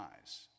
eyes